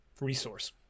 resource